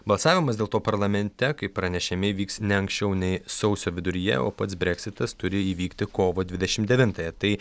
balsavimas dėl to parlamente kaip pranešėm įvyks ne anksčiau nei sausio viduryje o pats breksitas turi įvykti kovo dvidešim devintąją tai